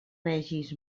vegis